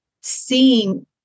seeing